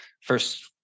First